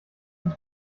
das